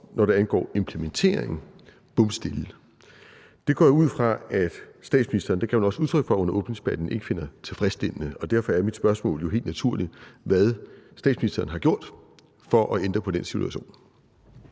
i det nationale kompromis, står bomstille. Det går jeg ud fra at statsministeren – det gav hun også udtryk for under åbningsdebatten – ikke finder tilfredsstillende, og derfor er mit spørgsmål jo helt naturligt, hvad statsministeren har gjort for at ændre på den situation.